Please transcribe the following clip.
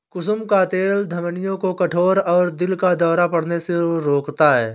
कुसुम का तेल धमनियों को कठोर और दिल का दौरा पड़ने से रोकता है